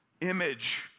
image